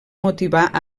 motivar